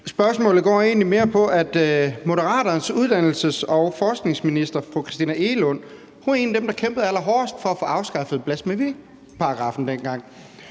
spørgsmålet går egentlig mere på, at Moderaternes uddannelses- og forskningsminister, fru Christina Egelund, var en af dem, der kæmpede allerhårdest for at få afskaffet blasfemiparagraffen dengang,